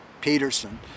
Peterson